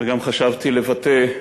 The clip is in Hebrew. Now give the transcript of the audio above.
וגם חשבתי לבטא,